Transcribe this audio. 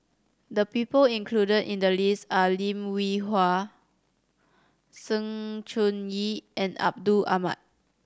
the people included in the list are Lim Hwee Hua Sng Choon Yee and Abdul Samad